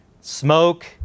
Smoke